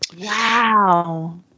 Wow